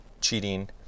cheating